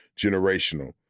Generational